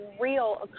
real